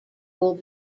will